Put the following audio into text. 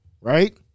Right